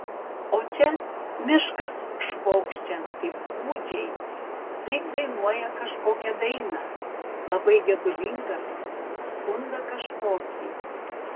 o čia miškas švokščia taip gūdžiai lyg dainuoja kažkokią dainą labai gedulingą skundą kažkokį